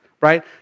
right